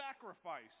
sacrifice